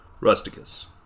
Rusticus